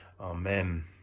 Amen